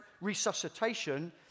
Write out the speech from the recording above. resuscitation